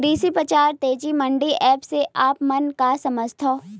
कृषि बजार तेजी मंडी एप्प से आप मन का समझथव?